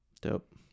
dope